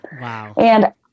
Wow